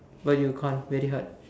but you can't very hard